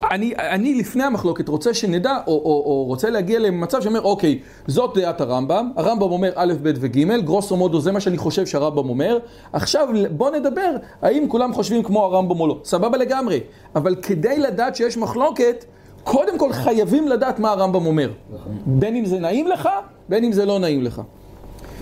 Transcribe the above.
אני לפני המחלוקת רוצה שנדע, או רוצה להגיע למצב שאומר, אוקיי, זאת דעת הרמב״ם, הרמב״ם אומר א' ב' וג', גרוס ומודו זה מה שאני חושב שהרמב״ם אומר, עכשיו בוא נדבר האם כולם חושבים כמו הרמב״ם או לא, סבבה לגמרי, אבל כדי לדעת שיש מחלוקת, קודם כל חייבים לדעת מה הרמב״ם אומר, בין אם זה נעים לך, בין אם זה לא נעים לך.